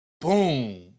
boom